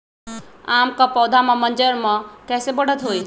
आम क पौधा म मजर म कैसे बढ़त होई?